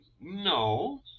no